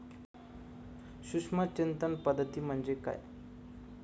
सूक्ष्म सिंचन पद्धती म्हणजे काय?